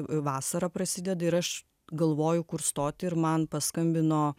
vasara prasideda ir aš galvoju kur stoti ir man paskambino